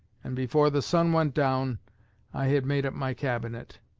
and before the sun went down i had made up my cabinet.